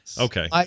Okay